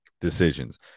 decisions